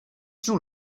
too